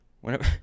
Whenever